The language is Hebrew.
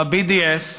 ב-BDS,